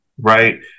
Right